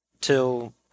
till